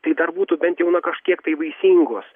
tai dar būtų bent jau kažkiek tai vaisingos